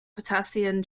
potassium